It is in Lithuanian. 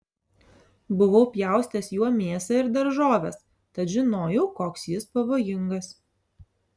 buvau pjaustęs juo mėsą ir daržoves tad žinojau koks jis pavojingas